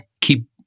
keep